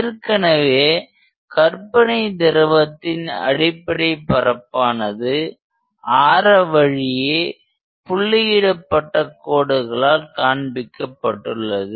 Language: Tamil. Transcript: ஏற்கனவே கற்பனை திரவத்தின் அடிப்படை பரப்பானது ஆர வழியே புள்ளியிடப்பட்ட கோடுகளால் காண்பிக்கப்பட்டுள்ளது